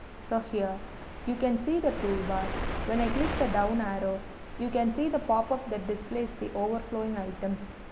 so here you can see the toolbar when i click the down arrow you can see the popup that displays the overflowing items.